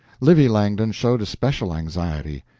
livy langdon showed especial anxiety.